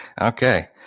Okay